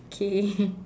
okay